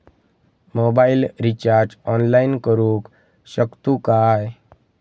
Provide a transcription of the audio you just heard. Mobile recharge online करुक शकतू काय?